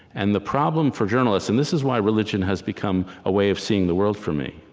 and the problem for journalists and this is why religion has become a way of seeing the world for me